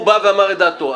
הוא אמר את דעתו.